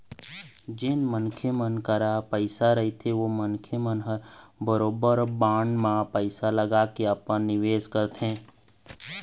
जेन मनखे मन करा पइसा रहिथे ओ मनखे मन ह बरोबर बांड म पइसा लगाके अपन निवेस करथे